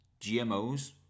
GMOs